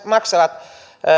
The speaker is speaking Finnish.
maksavat